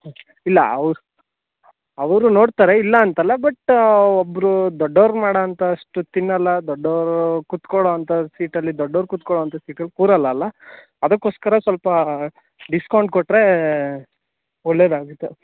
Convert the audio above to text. ಹ್ಞೂ ಇಲ್ಲ ಅವ್ರು ಅವರೂ ನೋಡ್ತಾರೆ ಇಲ್ಲ ಅಂತಲ್ಲ ಬಟ್ ಒಬ್ಬರು ದೊಡ್ಡವ್ರು ಮಾಡೋ ಅಂಥ ಅಷ್ಟು ತಿನ್ನಲ್ಲ ದೊಡ್ಡವರು ಕುತ್ಕೊಳ್ಳೋ ಅಂಥ ಸೀಟಲ್ಲಿ ದೊಡ್ಡವ್ರು ಕುತ್ಕೊಳ್ಳುವಂಥ ಸೀಟಲ್ಲಿ ಕೂರಲ್ಲ ಅಲ್ವ ಅದಕೋಸ್ಕರ ಸ್ವಲ್ಪ ಡಿಸ್ಕೌಂಟ್ ಕೊಟ್ಟರೆ ಒಳ್ಳೆದಾಗುತ್ತೆ